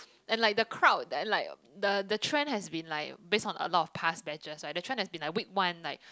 and like the crowd and like the the trend has been like based on a lot of past batches right the trend has been like week one like